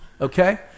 okay